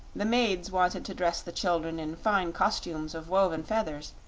the maids wanted to dress the children in fine costumes of woven feathers,